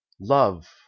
love